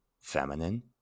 feminine